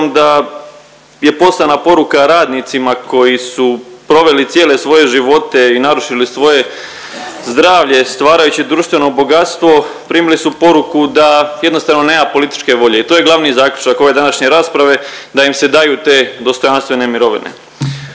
da je poslana poruka radnicima koji su proveli cijele svoje živote i narušili svoje zdravlje stvarajući društveno bogatstvo, primili su poruku da jednostavno nema političke volje i to je glavni zaključak ove današnje rasprave, da im se daju te dostojanstvene mirovine.